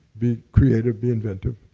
be creative, be inventive.